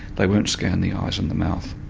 they won't scan the eyes and the mouth.